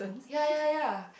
ya ya ya